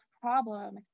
problem